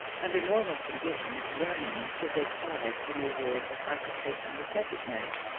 under normal conditions, learning is a product and reward of occupation with subject matter.